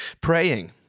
praying